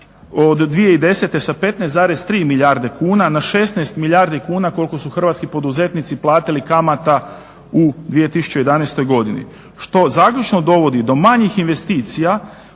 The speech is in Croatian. od 2010. sa 15,3 milijarde kuna na 16 milijardi kuna koliko su hrvatskih poduzetnici platili kamata u 2011. godini. Što zaključno dovodi do manjih investicija